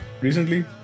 recently